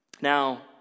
Now